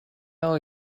out